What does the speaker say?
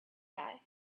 guy